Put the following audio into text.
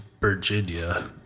Virginia